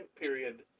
period